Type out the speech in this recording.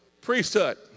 priesthood